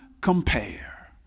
compare